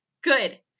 good